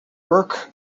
work